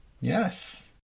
yes